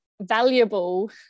valuable